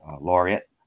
laureate